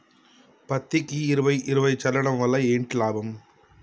పత్తికి ఇరవై ఇరవై చల్లడం వల్ల ఏంటి లాభం?